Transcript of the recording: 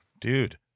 Dude